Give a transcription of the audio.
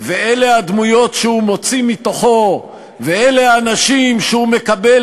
ואלה הדמויות שהוא מוציא מתוכו ואלה האנשים שהוא מקבל